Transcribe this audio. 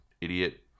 idiot